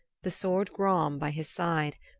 the sword gram by his side,